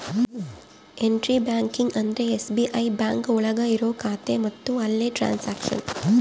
intra banking ಅಂದ್ರೆ SBI bank ಒಳಗ ಇರೋ ಖಾತೆ ಮತ್ತು ಅಲ್ಲೇ ಟ್ರನ್ಸ್ಯಾಕ್ಷನ್